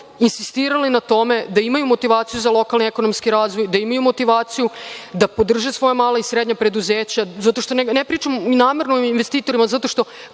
insistirali na tome da imaju motivaciju za lokalni ekonomski razvoj, da imaju motivaciju da podrže svoja mala i srednja preduzeća. Ne pričam namerno o investitorima, zato što